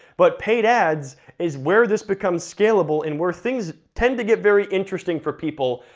but paid ads is where this becomes scalable, and where things tend to get very interesting for people.